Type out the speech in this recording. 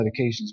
medications